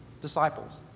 disciples